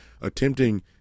attempting